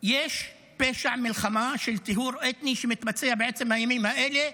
יש פשע מלחמה של טיהור אתני שמתבצע בעצם הימים האלה,